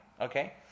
Okay